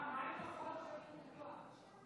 מה עם הצעת החוק של טור פז?